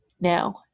now